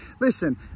Listen